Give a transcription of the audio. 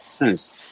Nice